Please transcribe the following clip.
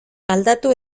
aldatu